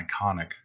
iconic